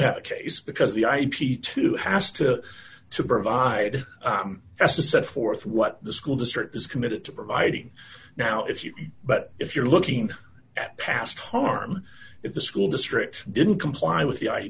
have a case because the ip too has to to provide a set forth what the school district is committed to providing now if you but if you're looking at past harm if the school district didn't comply with the i